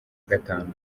gatanu